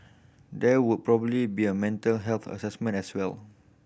there would probably be a mental health assessment as well